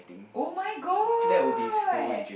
oh-my-god